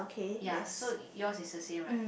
ya so yours is the same right